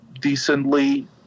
decently